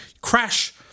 Crash